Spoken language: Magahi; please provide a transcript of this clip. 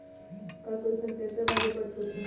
का कोइ अईसन ट्रैक्टर बा जे पर छूट हो?